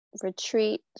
retreat